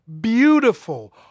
beautiful